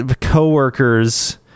coworkers